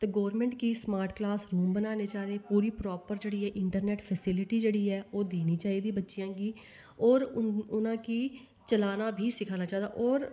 ते गवर्नमेंट गी smart class रुमा बनाने चाहिदे सारी कलासरुम जेहड़ी एह् इंटरनेट फैसीलिटी जहड़ी ऐ ओह् देनी चाहिदी बच्चे गी और उनेंगी चलाना बी सिखाना चाहिदा और